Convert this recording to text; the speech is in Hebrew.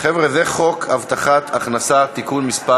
חבר'ה, זה חוק הבטחת הכנסה (תיקון מס'